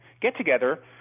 get-together